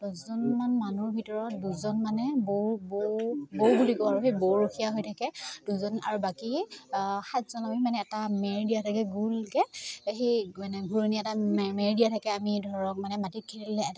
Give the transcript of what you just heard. দহজনমান মানুহৰ ভিতৰত দুজন মানে বৌ বৌ বৌ বুলি কওঁ আৰু সেই বৌৰখীয়া হৈ থাকে দুজন আৰু বাকী সাতজন আমি মানে এটা মেৰ দিয়া থাকে গোলকৈ সেই মানে ঘূৰণীয়া এটা মেৰ দিয়া থাকে আমি ধৰক মানে মাটিত খিলিলে